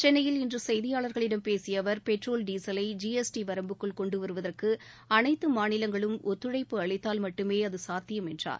சென்னையில் இன்றுசெய்தியாளர்களிடம் பேசியஅவர் பெட்ரோல் டீசலை ஜிஎஸ்டிவரம்புக்குள் கொண்டுவருவதற்குஅனைத்தமாநிலங்களும் ஒத்துழைப்பு அளித்தால் மட்டுமேஅதுசாத்தியம் என்றார்